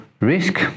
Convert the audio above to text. risk